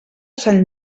sant